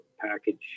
package